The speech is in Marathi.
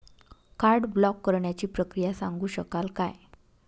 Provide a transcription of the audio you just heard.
कार्ड ब्लॉक करण्याची प्रक्रिया सांगू शकाल काय?